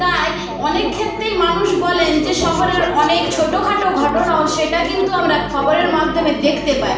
তাই অনেক ক্ষেত্তেই মানুষ বলেন যে শহরের অনেক ছোটো খাটো ঘটনাও সেটা কিন্তু আমরা খবরের মাধ্যমে দেখতে পাই